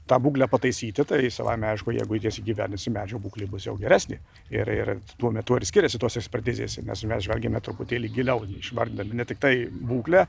tą būklę pataisyti tai savaime aišku jeigu jas įgyvendinsim medžio būklė bus jau geresnė ir ir tuo metu ir skiriasi tos ekspertizės nes mes žvelgiame truputėlį giliau išvardydami ne tiktai būklę